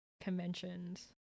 conventions